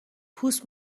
پوست